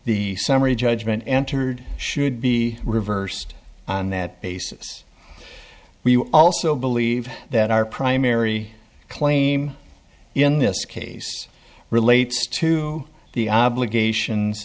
the summary judgment entered should be reversed on that basis we also believe that our primary claim in this case relates to the obligations